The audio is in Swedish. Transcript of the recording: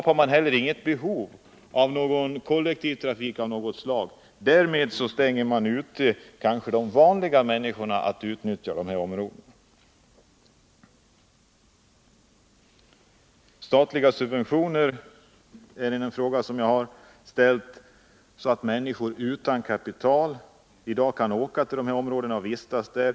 Därför skapas inget behov av någon kollektivtrafik, och därmed utestänger man de vanliga människorna från att utnyttja de här områdena. Jag har vidare tagit upp frågan om statliga subventioner som möjliggör för människor utan kapital att resa till de här områdena och vistas där.